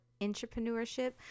entrepreneurship